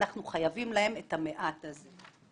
אנחנו חייבים להם את המעט הזה.